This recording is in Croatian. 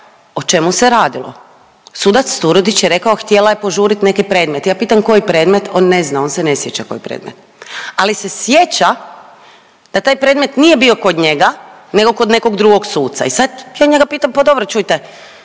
o čemu se radilo. Sudac Turudić je rekao htjela je požuriti neki predmet. Ja pitam koji predmet? On ne zna, on se ne sjeća koji predmet, ali se sjeća da taj predmet nije bio kod njega, nego kod nekog drugog suca. I sad ja njega pitam pa dobro čujte,